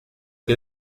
que